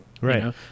right